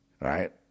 right